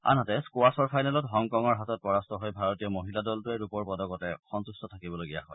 আনহাতেস্থোৱাছৰ ফাইনেলত হংকঙৰ হাতত পৰাস্ত হৈ ভাৰতীয় মহিলা দলটোৱে ৰূপৰ পদকতে সন্ত্ত থাকিবলগীয়া হয়